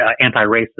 anti-racist